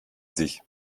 sich